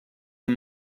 amb